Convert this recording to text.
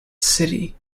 city